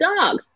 dog